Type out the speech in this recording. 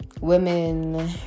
women